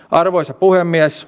arvoisa puhemies